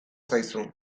zaizu